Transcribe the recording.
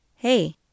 hey